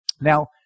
Now